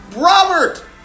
Robert